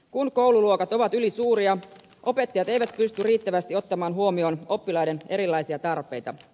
kun koululuokat ovat ylisuuria opettajat eivät pysty riittävästi ottamaan huomioon oppilaiden erilaisia tarpeita